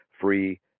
free